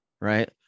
right